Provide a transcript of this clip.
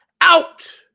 out